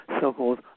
so-called